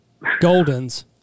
Goldens